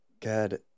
god